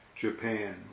Japan